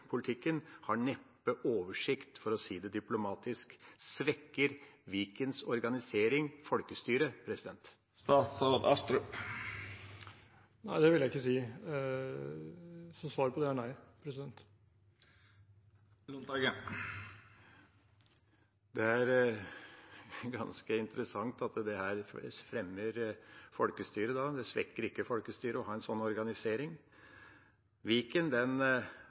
politikken har neppe oversikt, for å si det diplomatisk. Svekker Vikens organisering folkestyret? Nei, det vil jeg ikke si. Så svaret på det er nei. Det er ganske interessant at det fremmer folkestyret, da, det svekker ikke folkestyret å ha en sånn organisering.